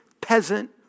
peasant